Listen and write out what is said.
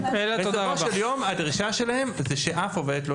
בסופו של יום הדרישה שלהם זה שאף עובדת לא